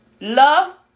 love